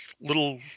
little